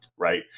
Right